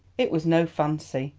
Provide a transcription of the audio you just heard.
it was no fancy,